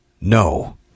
no